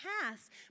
past